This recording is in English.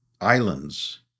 islands